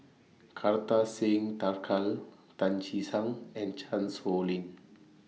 Kartar Singh Thakral Tan Che Sang and Chan Sow Lin